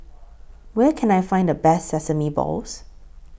Where Can I Find The Best Sesame Balls